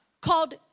Called